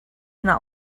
not